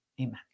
Amen